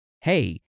hey